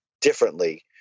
differently